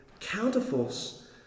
counterforce